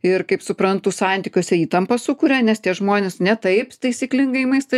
ir kaip suprantu santykiuose įtampą sukuria nes tie žmonės ne taip taisyklingai į maistą